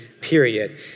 period